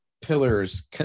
pillars